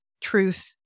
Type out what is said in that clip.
truth